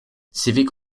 civic